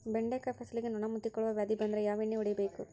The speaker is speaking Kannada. ಬೆಂಡೆಕಾಯ ಫಸಲಿಗೆ ನೊಣ ಮುತ್ತಿಕೊಳ್ಳುವ ವ್ಯಾಧಿ ಬಂದ್ರ ಯಾವ ಎಣ್ಣಿ ಹೊಡಿಯಬೇಕು?